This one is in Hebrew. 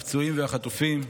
הפצועים והחטופים,